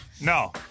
no